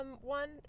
one